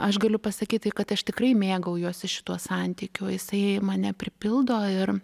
aš galiu pasakyt kad aš tikrai mėgaujuosi šituo santykio jisai mane pripildo ir